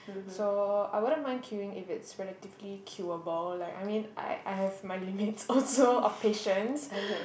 so I wouldn't mind queuing if it's relatively queuable like I mean I I have my limits or so of patience